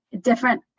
different